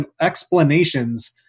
explanations